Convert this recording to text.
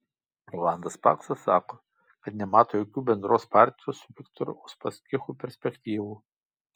rolandas paksas sako kad nemato jokių bendros partijos su viktoru uspaskichu perspektyvų